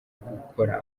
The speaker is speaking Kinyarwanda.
gukora